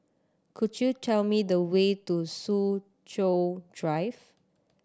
could you tell me the way to Soo Chow Drive